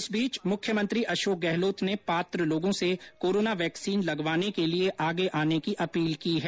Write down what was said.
इस बीच मुख्यमंत्री अशोक गहलोत ने पात्र लोगों से कोरोना वैक्सीन लगवाने के लिए आगे आने की अपील की है